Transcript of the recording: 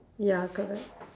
ya correct